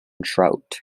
trout